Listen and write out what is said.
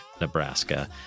Nebraska